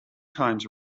times